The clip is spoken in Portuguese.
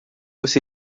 você